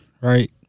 right